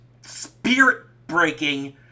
spirit-breaking